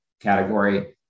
category